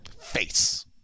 Face